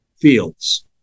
fields